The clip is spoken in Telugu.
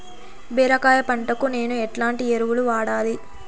బీరకాయ పంటకు నేను ఎట్లాంటి ఎరువులు వాడాలి?